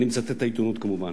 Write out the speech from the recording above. אני מצטט מן העיתונות, כמובן.